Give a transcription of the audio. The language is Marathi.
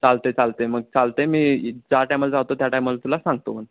चालतं आहे चालतं आहे मग चालतं आहे मी ज्या टायमाला जातो त्या टायमाला तुला सांगतो मग